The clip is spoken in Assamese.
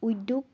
উদ্যোগ